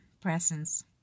presence